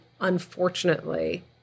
unfortunately